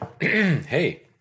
hey